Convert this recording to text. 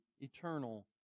eternal